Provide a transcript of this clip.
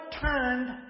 turned